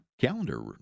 calendar